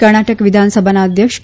કર્ણાટક વિધાનસભાના અધ્યક્ષ કે